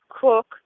cook